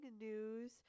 news